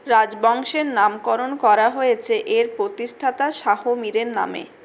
রাজবংশের নামকরণ করা হয়েছে এর প্রতিষ্ঠাতা শাহ মীরের নামে